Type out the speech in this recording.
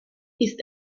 ist